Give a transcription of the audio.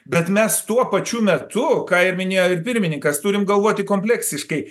bet mes tuo pačiu metu ką ir minėjo pirmininkas turim galvoti kompleksiškai